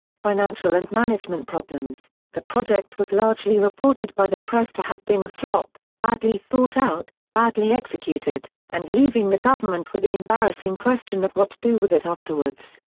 financial and management problems the project was largely reported by the press to have been a flop badly thought-out, badly executed, and leaving the government with the embarrassing question of what to do with it afterwards.